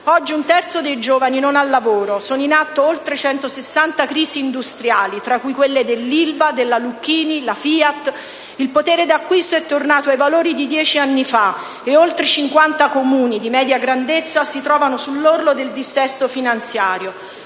Oggi un terzo dei giovani non ha lavoro. Sono in atto oltre 160 crisi industriali, tra cui quelle dell'Ilva, della Lucchini e della FIAT. Il potere di acquisto è tornato ai valori di dieci anni fa e oltre 50 Comuni di media grandezza si trovano sull'orlo del dissesto finanziario.